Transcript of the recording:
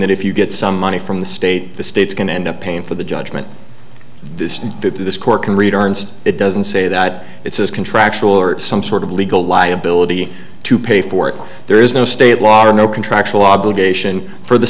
that if you get some money from the state the state's going to end up paying for the judgment that this court can read ernst it doesn't say that it's contractual or some sort of legal liability to pay for it there is no state law or no contractual obligation for the